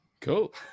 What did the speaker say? Cool